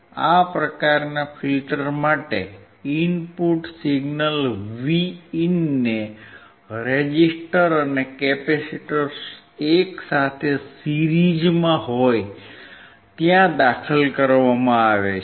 આ પ્રકારના ફિલ્ટર માટે ઇનપુટ સિગ્નલ Vin ને રેઝીસ્ટર અને કેપેસિટર એકસાથે સીરીઝમાં હોય ત્યાં દાખલ કરવામાં આવે છે